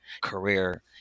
career